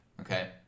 okay